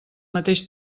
mateix